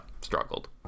struggled